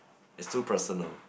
is too personal